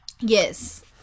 yes